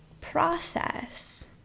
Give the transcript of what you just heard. process